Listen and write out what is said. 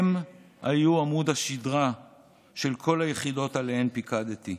היו עמוד השדרה של כל היחידות שעליהן פיקדתי.